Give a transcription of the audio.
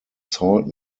salt